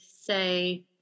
say